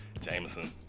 Jameson